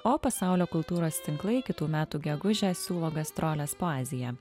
o pasaulio kultūros tinklai kitų metų gegužę siūlo gastroles po aziją